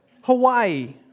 Hawaii